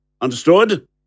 Understood